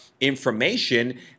information